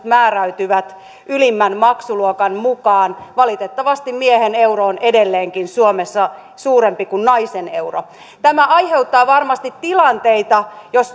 määräytyvät ylimmän maksuluokan mukaan valitettavasti miehen euro on edelleenkin suomessa suurempi kuin naisen euro tämä aiheuttaa varmasti tilanteita